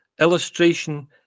illustration